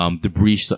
debris